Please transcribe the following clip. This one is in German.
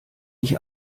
ich